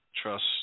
Trust